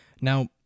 Now